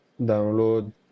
download